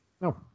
No